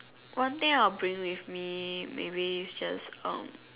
one thing I will bring with me maybe is just um